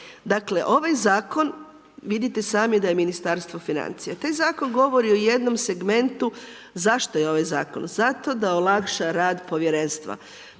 Dakle ovaj zakon vidite sami da je Ministarstvo financija, taj zakon govori o jednom segmentu zašto je ovaj zakon, zato da olakša rad povjerenstva.